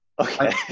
Okay